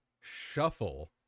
shuffle